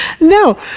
No